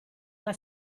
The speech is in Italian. alla